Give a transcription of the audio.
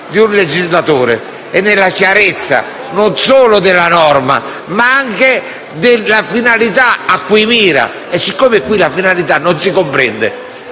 di un legislatore è la chiarezza non solo della norma, ma anche della finalità che questa persegue. Siccome qui la finalità non si comprende,